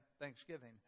Thanksgiving